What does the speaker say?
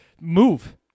move